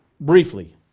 briefly